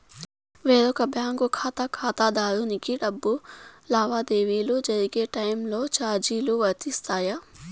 వేరొక బ్యాంకు ఖాతా ఖాతాదారునికి డబ్బు లావాదేవీలు జరిగే టైములో చార్జీలు వర్తిస్తాయా?